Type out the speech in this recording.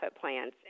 plans